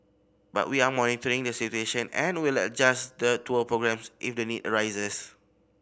but we are monitoring the situation and will adjust the tour programmes if the need arises